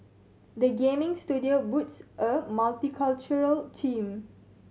the gaming studio boasts a multicultural team